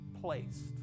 placed